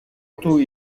του